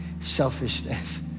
Selfishness